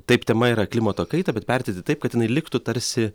taip tema yra klimato kaita bet perteikti taip kad jinai liktų tarsi